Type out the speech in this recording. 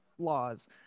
laws